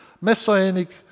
messianic